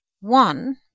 one